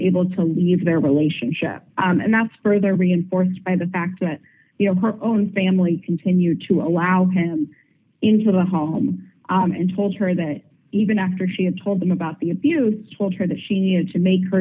able to leave their relationship and that's further reinforced by the fact that you know her own family continued to allow him into the home and told her that even after she had told them about the abuse told her that she had to make her